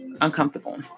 uncomfortable